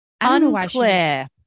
Unclear